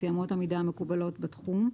לפי אמות המידה המקובלות בתחום.